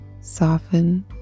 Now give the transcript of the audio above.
Soften